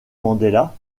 mandela